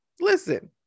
Listen